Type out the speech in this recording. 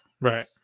Right